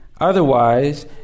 Otherwise